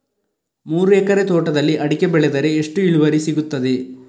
ಮೂರು ಎಕರೆ ತೋಟದಲ್ಲಿ ಅಡಿಕೆ ಬೆಳೆದರೆ ಎಷ್ಟು ಇಳುವರಿ ಸಿಗುತ್ತದೆ?